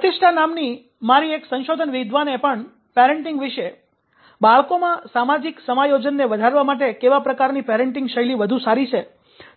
પ્રતિષ્ઠા નામની મારી એક સંશોધન વિદ્વાને પણ પેરેંટિંગ વિશે "બાળકોમાં સામાજિક ગોઠવણસમાયોજનને વધારવા માટે કેવા પ્રકારની પેરેંટિંગ શૈલી વધુ સારી છે"